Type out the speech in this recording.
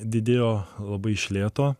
didėjo labai iš lėto